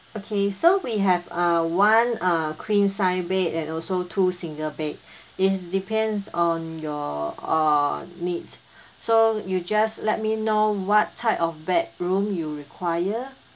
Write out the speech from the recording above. okay so we have a one uh queen size bed and also two single bed it's depends on your uh needs so you just let me know what type of bedroom you require